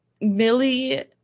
Millie